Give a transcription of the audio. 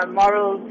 moral